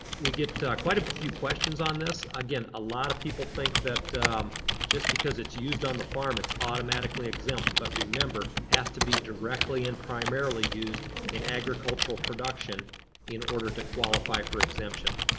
we get quite a but few questions on this. again, a lot of people think that just because it's used on the farm it's automatically exempt but remember it has to be directly and primarily used in agricultural production in order to qualify for exemption.